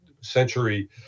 century